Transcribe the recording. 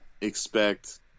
expect